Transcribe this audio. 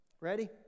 Ready